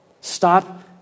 Stop